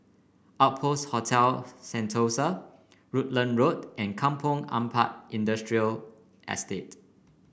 Outpost Hotel Sentosa Rutland Road and Kampong Ampat Industrial Estate